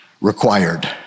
required